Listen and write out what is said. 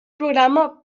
programa